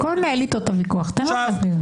במקום לנהל איתו ויכוח, תן לו לדבר.